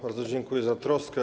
Bardzo dziękuję za troskę.